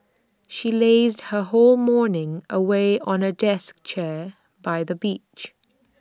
she lazed her whole morning away on A deck chair by the beach